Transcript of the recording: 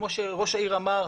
כמו שראש העיר אמר,